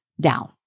down